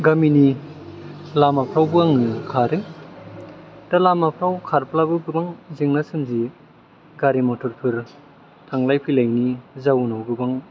गामिनि लामाफ्रावबो आङो खारो दा लामाफ्राव खारब्लाबो गोबां जेंना सोमजियो गीरि मथरफोर थांलाय फैलायनि जाउनाव गोबां